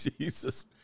Jesus